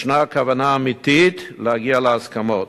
ישנה כוונה אמיתית להגיע להסכמות.